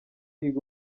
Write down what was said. yiga